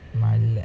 மள்ள:malla